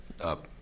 up